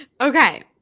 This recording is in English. Okay